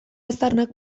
aztarnak